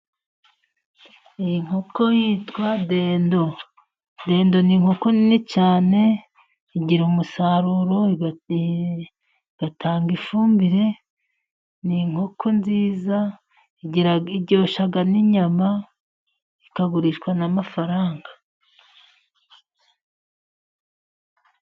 Iyi nkoko yitwa dendo. Dendo ni inkoko nini cyane igira umusaruro, igatanga ifumbire. Ni inkoko nziza iryoshya n'inyama ikagurishwa n'amafaranga.